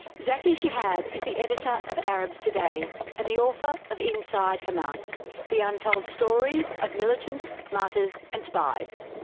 zaki chehab is the editor of arabs today and the author of inside hamas the untold story of militants, martyrs and spies.